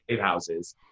houses